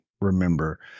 remember